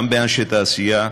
גם באנשי תעשייה,